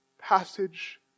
passage